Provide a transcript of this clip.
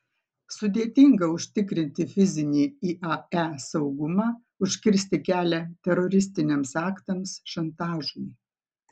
sudėtinga užtikrinti fizinį iae saugumą užkirsti kelią teroristiniams aktams šantažui